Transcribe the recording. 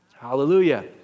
hallelujah